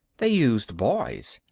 they used boys.